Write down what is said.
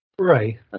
Right